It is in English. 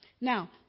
Now